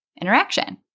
interaction